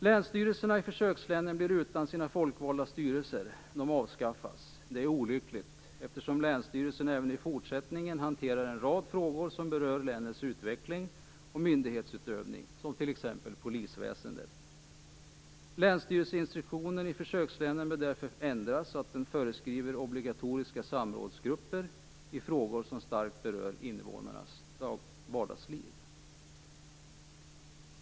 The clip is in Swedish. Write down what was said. Länsstyrelserna i försökslänen blir av med sina folkvalda styrelser. De avskaffas. Det är olyckligt, eftersom länsstyrelsen även i fortsättningen kommer att hantera en rad frågor som berör länets utveckling och myndighetsutövning, som t.ex. polisväsendet. Länsstyrelseinstruktionen i försökslänen bör därför ändras så att den föreskriver obligatoriska samrådsgrupper i frågor som starkt berör invånarnas vardagsliv.